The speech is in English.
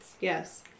Yes